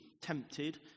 tempted